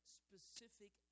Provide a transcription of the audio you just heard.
specific